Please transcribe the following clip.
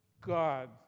God